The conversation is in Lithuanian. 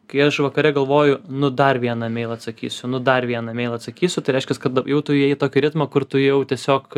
kai aš vakare galvoju nu dar vieną emeilą atsakysiu nu dar vieną emeilą atsakysiu tai reiškias kad jau tu įėjai į tokį ritmą kur tu jau tiesiog